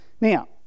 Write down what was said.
Now